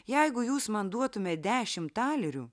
jeigu jūs man duotumėt dešimtalerių